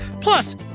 Plus